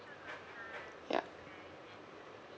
ya